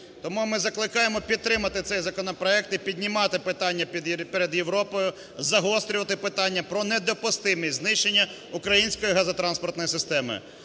Тому ми закликаємо підтримати цей законопроект. І піднімати питання перед Європою, загострювати питання про недопустимість знищення української газотранспортної системи.